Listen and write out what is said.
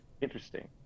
interesting